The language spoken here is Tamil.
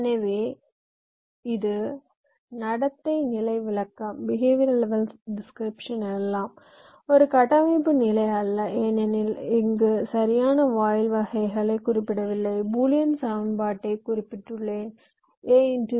எனவே இது நடத்தை நிலை விளக்கம் எனலாம் ஒரு கட்டமைப்பு நிலை அல்ல ஏனெனில் இங்கு சரியான வாயில் வகைகளைக் குறிப்பிடவில்லை பூலியன் சமன்பாட்டைக் குறிப்பிட்டுள்ளேன் a